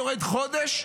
יורד חודש,